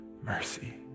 Mercy